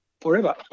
forever